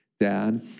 dad